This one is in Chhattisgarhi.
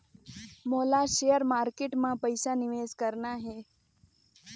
मोला शेयर मार्केट मां पइसा निवेश करना हे?